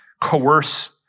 coerce